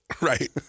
Right